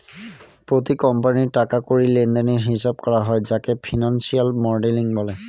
প্রতি কোম্পানির টাকা কড়ি লেনদেনের হিসাব করা হয় যাকে ফিনান্সিয়াল মডেলিং বলে